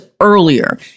earlier